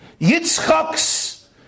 Yitzchak's